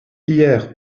hier